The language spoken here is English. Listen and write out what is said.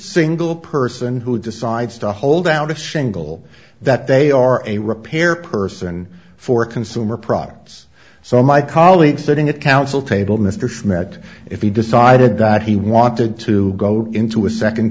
single person who decides to hold down a shingle that they are a repair person for consumer products so my colleague sitting at counsel table mr schmidt if he decided that he wanted to go into a second